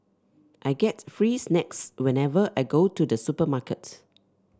I get free snacks whenever I go to the supermarket